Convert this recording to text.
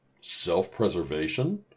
self-preservation